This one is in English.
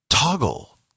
Toggle